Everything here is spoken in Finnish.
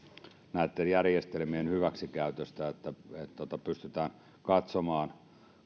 näitten järjestelmien hyväksikäytöstä että pystytään katsomaan